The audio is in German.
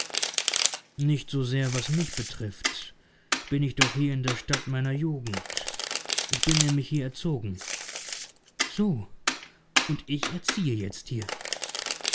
nicht so sehr was mich betrifft bin ich doch hier in der stadt meiner jugend ich bin nämlich hier erzogen so und ich erziehe jetzt hier